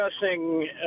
discussing